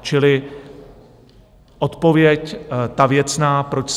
Čili odpověď, ta věcná, proč